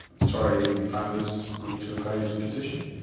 sorry we found this, we need to refer you to a physician?